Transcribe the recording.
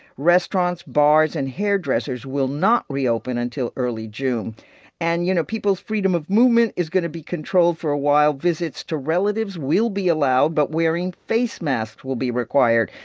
restaurants, bars and hairdressers will not reopen until early june and you know, people's freedom of movement is going to be controlled for a while. visits to relatives will be allowed, but wearing face masks will be required.